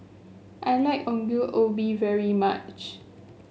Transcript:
I like Ongol Ubi very much